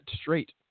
straight